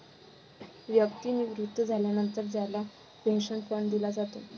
व्यक्ती निवृत्त झाल्यानंतर त्याला पेन्शन फंड दिला जातो